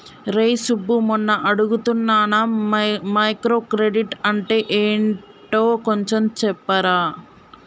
రేయ్ సబ్బు మొన్న అడుగుతున్నానా మైక్రో క్రెడిట్ అంటే ఏంటో కొంచెం చెప్పరా